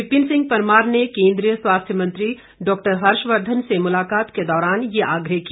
विपिन सिंह परमार ने केंद्रीय स्वास्थ्य मंत्री डॉक्टर हर्ष वर्धन से मुलाकात के दौरान ये आग्रह किया